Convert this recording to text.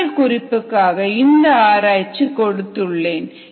உங்கள் குறிப்புக்காக இந்த ஆராய்ச்சி கொடுத்துள்ளேன்